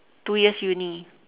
two years uni